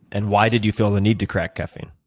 and why did you feel the need to crack caffeine?